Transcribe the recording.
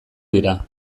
dira